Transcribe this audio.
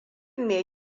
me